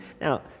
Now